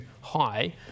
high